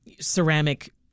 ceramic